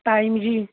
time ਜੀ